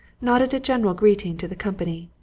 nodded a general greeting to the company,